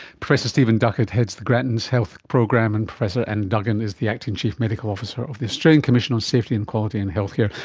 professor stephen duckett heads the grattan's health program, and professor anne duggan is the acting chief medical officer of the australian commission on safety and quality in healthcare.